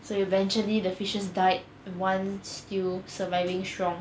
so eventually the fishes died one still surviving strong